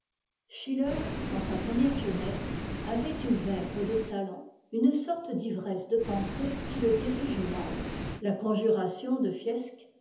schiller dans sa première jeunesse avait une verve de talent une sorte d'ivresse de pensée qui le dirigeait mal la conjuration de fiesque